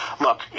look